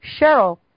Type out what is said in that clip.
Cheryl